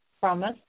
promise